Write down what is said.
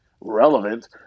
relevant